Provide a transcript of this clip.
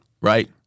right